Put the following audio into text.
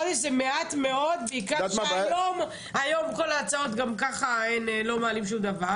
חודש זה מעט מאוד בעיקר שהיום גם ככה לא מעלים הצעות.